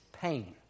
pain